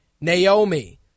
Naomi